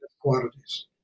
quantities